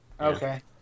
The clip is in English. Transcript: okay